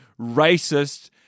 racist